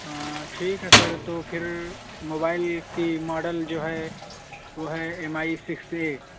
ہاں ٹھیک ہے سر تو پھر موبائل کی ماڈل جو ہے وہ ہے ایم آئی سکس اے